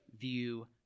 view